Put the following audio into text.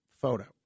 photo